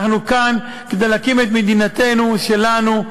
אנחנו כאן כדי להקים את מדינתנו שלנו,